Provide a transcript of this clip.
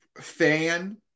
fan